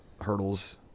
hurdles